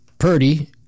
Purdy